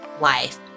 life